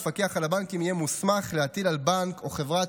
המפקח על הבנקים יהיה מוסמך להטיל על בנק או חברת